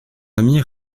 ami